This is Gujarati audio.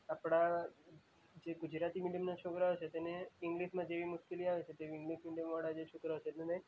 આપણા જે ગુજરાતી મીડિયમનનાં છોકરાં છે તેને ઇંગ્લિશમાં જેવી મુશ્કેલી આવે છે તેવી ઇંગ્લિશ મીડિયમ વાળા જે છોકરાંઓ છે